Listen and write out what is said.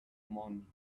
money